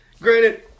granted